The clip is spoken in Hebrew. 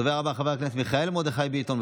הדובר הבא, חבר הכנסת מיכאל מרדכי ביטון.